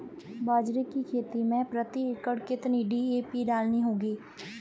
बाजरे की खेती में प्रति एकड़ कितनी डी.ए.पी डालनी होगी?